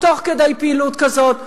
תוך כדי פעילות כזאת קורה,